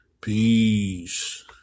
Peace